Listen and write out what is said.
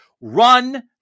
run